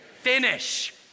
finish